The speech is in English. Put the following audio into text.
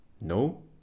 No